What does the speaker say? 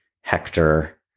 Hector